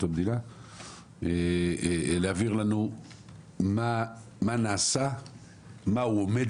המדינה להעביר לנו מה נעשה ומה הוא עומד